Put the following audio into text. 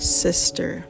sister